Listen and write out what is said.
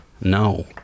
No